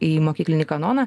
į mokyklinį kanoną